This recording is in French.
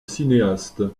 cinéaste